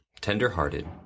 tenderhearted